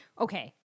Okay